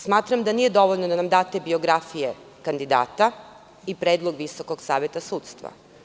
Smatram, da nije dovoljno da nam date biografije kandidata i predlog Visokog saveta sudstva.